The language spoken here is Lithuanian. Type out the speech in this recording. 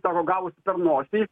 savo gavusi per nosį